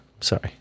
Sorry